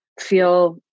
feel